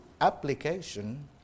application